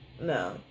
no